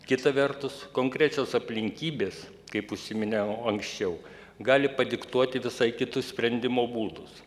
kita vertus konkrečios aplinkybės kaip užsiminiau anksčiau gali padiktuoti visai kitus sprendimo būdus